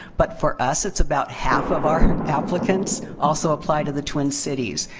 but, for us, it's about half of our applicants also apply to the twin cities.